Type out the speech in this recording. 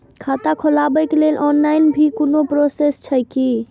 खाता खोलाबक लेल ऑनलाईन भी कोनो प्रोसेस छै की?